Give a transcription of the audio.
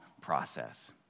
process